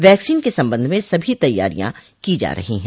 vaccine के संबंध में सभी तैयारियां की जा रही है